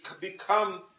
become